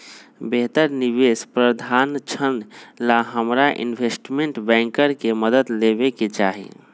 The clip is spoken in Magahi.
बेहतर निवेश प्रधारक्षण ला हमरा इनवेस्टमेंट बैंकर के मदद लेवे के चाहि